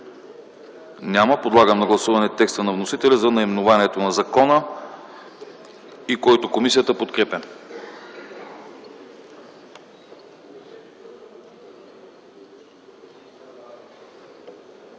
няма. Подлагам на гласуване текста на вносителя за наименованието на закона, което комисията подкрепя.